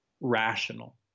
rational